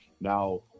now